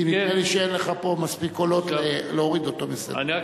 כי נדמה לי שאין לך פה מספיק קולות להוריד אותו מהסדר.